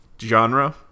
genre